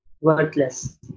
worthless